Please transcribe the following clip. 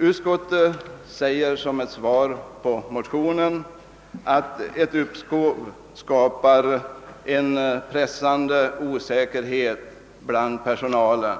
Utskottet säger i sin kommentar till motionsparet att ett uppskov skapar en »pressande osäkerhet» bland personalen,